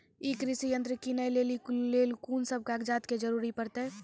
ई कृषि यंत्र किनै लेली लेल कून सब कागजात के जरूरी परतै?